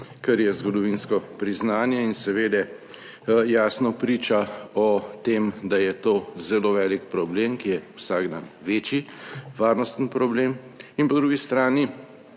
kar je zgodovinsko priznanje in seveda jasno priča o tem, da je to zelo velik problem, ki je vsak dan večji varnostni problem in po drugi strani